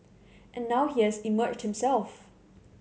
and now he has emerged himself